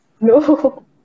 No